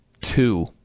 two